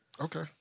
Okay